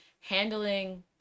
handling